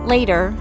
Later